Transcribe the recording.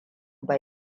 ba